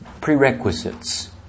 prerequisites